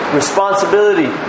responsibility